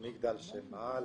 מגדל שמעל